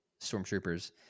Stormtroopers